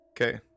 Okay